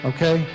Okay